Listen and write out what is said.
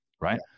right